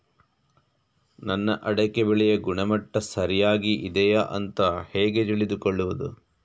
ನನ್ನ ಅಡಿಕೆ ಬೆಳೆಯ ಗುಣಮಟ್ಟ ಸರಿಯಾಗಿ ಇದೆಯಾ ಅಂತ ಹೇಗೆ ತಿಳಿದುಕೊಳ್ಳುವುದು?